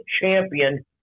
champion